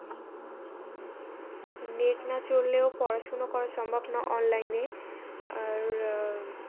net না চললে net না চললেও পড়াশোনা করা সম্ভব না অনলাইনে আর